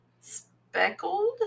speckled